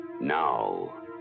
Now